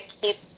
keep